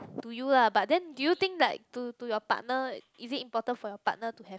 to you lah but then do you think like to to your partner is it important for your partner to like